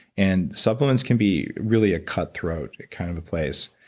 and supplements can be really a cutthroat kind of a place.